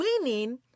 winning